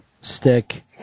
stick